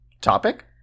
topic